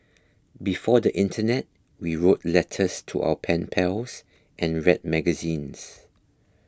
before the internet we wrote letters to our pen pals and read magazines